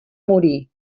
morir